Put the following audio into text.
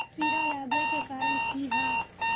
कीड़ा लागे के कारण की हाँ?